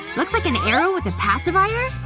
looks like an arrow with a pacifier?